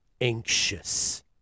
anxious